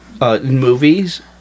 Movies